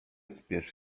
spiesz